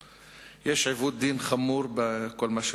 יש עיוות דין חמור בכל מה שקורה.